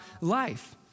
life